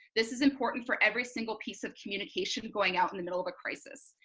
this is important for every single piece of communication going out in the middle of a crisis.